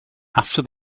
after